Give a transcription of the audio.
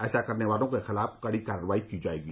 ऐसा करने वालों के खिलाफ कड़ी कार्रवाई की जाएगी